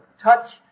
Touch